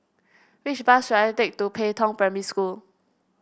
which bus should I take to Pei Tong Primary School